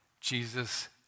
Jesus